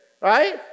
right